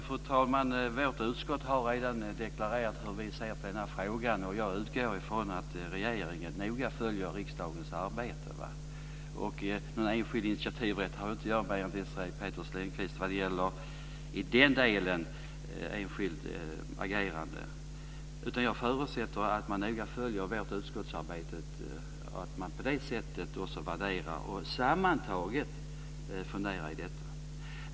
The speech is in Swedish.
Fru talman! Vårt utskott har redan deklarerat hur vi ser på frågan. Jag utgår från att regeringen noga följer riksdagens arbete. Jag har inte mer rätt till enskild initiativ rätt än Desirée Pethrus Engström i den delen. Jag förutsätter att regeringen noga följer utskottsarbetet och på det sättet värderar och funderar på detta.